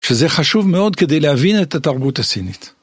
שזה חשוב מאוד כדי להבין את התרבות הסינית.